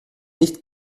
nicht